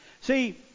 See